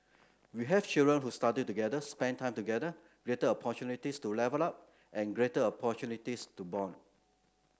we have children who study together spent time together greater opportunities to level up and greater opportunities to bond